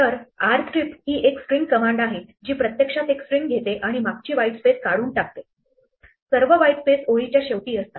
तर r strip ही एक स्ट्रिंग कमांड आहे जी प्रत्यक्षात एक स्ट्रिंग घेते आणि मागची व्हाईट स्पेस काढून टाकते सर्व व्हाईट स्पेस ओळीच्या शेवटी असतात